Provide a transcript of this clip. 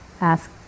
ask